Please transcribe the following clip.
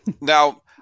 Now